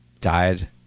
died